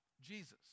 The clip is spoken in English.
Jesus